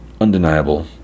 Undeniable